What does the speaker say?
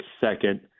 second